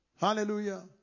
Hallelujah